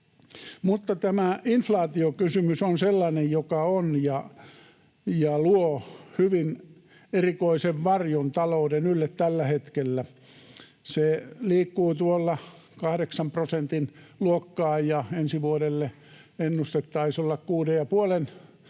mutta tämä inflaatiokysymys on sellainen, joka on ja luo hyvin erikoisen varjon talouden ylle tällä hetkellä. Se liikkuu tuolla kahdeksan prosentin luokassa, ja ensi vuodelle ennuste taisi olla kuuden ja